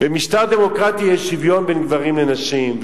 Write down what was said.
במשטר דמוקרטי יש שוויון בין גברים לנשים,